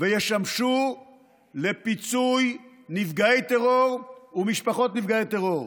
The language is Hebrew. ישמשו לפיצוי נפגעי טרור ומשפחות נפגעי טרור.